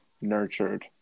nurtured